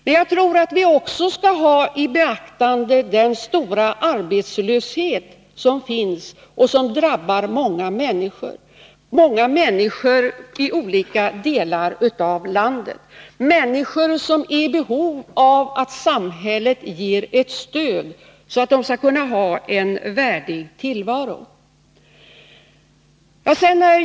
Men jag tror att vi även måste beakta den omfattande arbetslöshet som drabbar många människor i olika delar av landet, människor som är i behov av stöd från samhället för att få en värdig tillvaro.